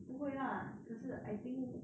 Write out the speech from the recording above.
不会 lah 可是 I think